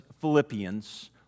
Philippians